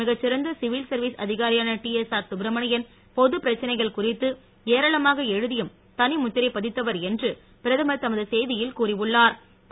மிக சிறந்த civil service அ திகா ரியான டிஎஸ்ஆ ர் கப்ரமணியன் பொது பிரச்சனைகள் குறித்து ஏராளமாக எழுதியும் தளி ழுத் திரை ப் தித்தவார் என்று பிரதமார் தமது செய் தியில் கூறியுள்ளா ர்